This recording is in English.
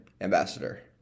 Ambassador